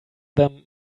them